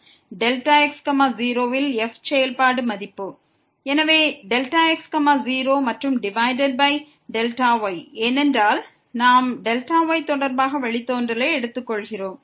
அதாவது x0ல் உள்ள செயல்பாட்டு மதிப்பு எனவே x0 டிவைடட் பை Δy ஏனென்றால் நாம் Δy தொடர்பாக வழித்தோன்றலை எடுத்துக்கொள்கிறோம்